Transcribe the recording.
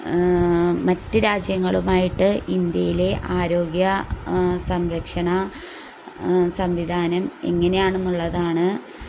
മറ്റു രാജ്യങ്ങളുമായിട്ട് ഇന്ത്യയിലെ ആരോഗ്യ സംരക്ഷണസംവിധാനം എങ്ങനെയാണെന്നുള്ളതാണ്